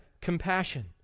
compassion